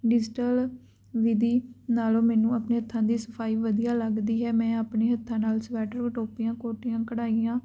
digital ਵਿਧੀ ਨਾਲੋਂ ਮੈਨੂੰ ਆਪਣੇ ਹੱਥਾਂ ਦੀ ਸਫਾਈ ਵਧੀਆ ਲੱਗਦੀ ਹੈ ਮੈਂ ਆਪਣੇ ਹੱਥਾਂ ਨਾਲ ਸਵੈਟਰ ਟੋਪੀਆਂ ਕੋਟੀਆਂ ਕਢਾਈਆਂ